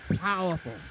powerful